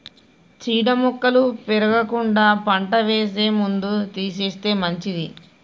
చీడ మొక్కలు పెరగకుండా పంట వేసే ముందు తీసేస్తే మంచిది